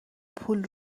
پول